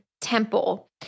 Temple